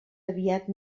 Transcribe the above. aviat